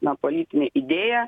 na politine idėja